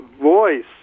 Voice